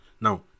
now